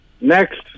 Next